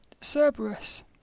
Cerberus